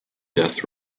death